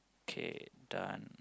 okay done